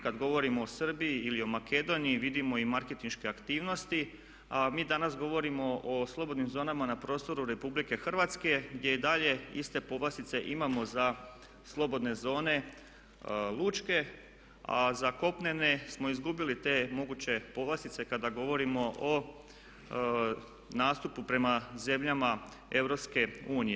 Kada govorimo o Srbiji ili Makedoniji vidimo i marketinške aktivnosti a mi danas govorimo o slobodnim zonama na prostoru RH gdje i dalje iste povlastice imamo za slobodne zone lučke a za kopnene smo izgubili te moguće povlastice kada govorimo o nastupu prema zemljama EU.